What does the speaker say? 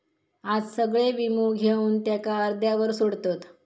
आज सगळे वीमो घेवन त्याका अर्ध्यावर सोडतत